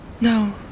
No